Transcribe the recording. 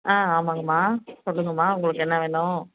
ஆ ஆமாங்கம்மா சொல்லுங்க அம்மா உங்களுக்கு என்ன வேணும்